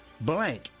blank